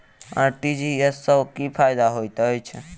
RTGS सँ की फायदा होइत अछि?